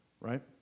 Right